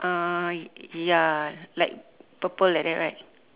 uh ya like purple like that right